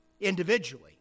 Individually